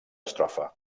estrofa